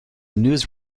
news